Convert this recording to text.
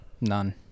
none